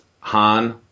Han